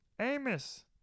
Amos